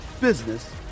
business